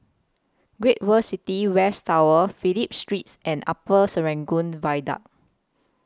Great World City West Tower Phillip Streets and Upper Serangoon Viaduct